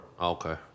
Okay